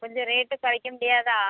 கொஞ்சம் ரேட் குறைக்க முடியாதா